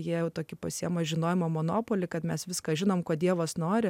jie tokie pasiima žinojimo monopolį kad mes viską žinome ko dievas nori